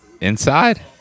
Inside